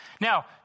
Now